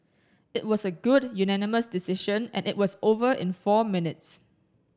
it was a good unanimous decision and it was over in four minutes